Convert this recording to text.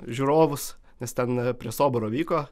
žiūrovus nes ten prie soboro vyko